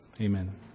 Amen